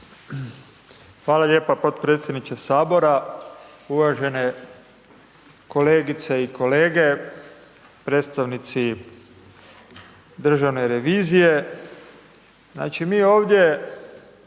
Hvala lijepo potpredsjedniče Sabora, uvažene kolegice i kolege, poštovani predstavnici Državne revizije. Znači mi smo